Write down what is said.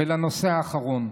ולנושא האחרון.